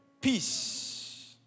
Peace